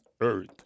earth